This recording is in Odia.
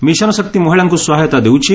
ମିଶନ ଶକ୍ତି ମହିଳାଙ୍କୁ ସହାୟତା ଦେଉଛି